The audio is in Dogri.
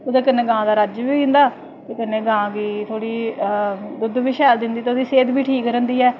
ओह्दे कन्नै गांऽ दा रज्ज बी होई जंदा ते कन्नै गांऽ गी थोह्ड़ी दुद्ध बी शैल दिंदी थोह्ड़ी सेह्त बी ठीक रैंह्दी ऐ